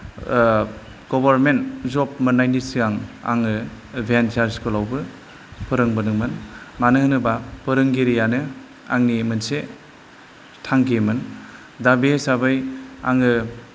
government जब मोननायनि सिगां आङो भेन्सार स्कुल आवबो फोरोंबोदोंमोन मानो होनोबा फोरोंगिरियानो आंनि मोनसे थांखिमोन दा बे हिसाबै आङो